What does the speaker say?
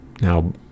Now